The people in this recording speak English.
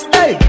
Hey